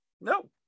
No